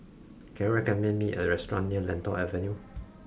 can you recommend me a restaurant near Lentor Avenue